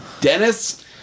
Dennis